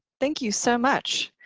thank you so much!